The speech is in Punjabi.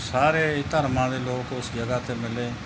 ਸਾਰੇ ਧਰਮਾਂ ਦੇ ਲੋਕ ਉਸ ਜਗ੍ਹਾ 'ਤੇ ਮਿਲੇ